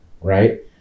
Right